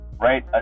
right